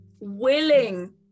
willing